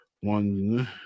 one